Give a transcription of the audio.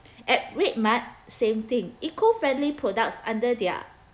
at redmart same thing eco friendly products under their